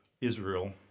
Israel